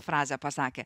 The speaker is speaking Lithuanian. frazę pasakė